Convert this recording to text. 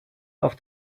auf